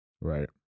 Right